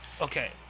okay